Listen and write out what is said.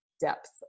depth